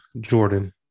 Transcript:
jordan